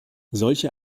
solche